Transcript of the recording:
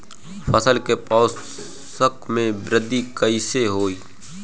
फसल के पोषक में वृद्धि कइसे होई?